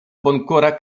bonkora